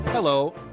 Hello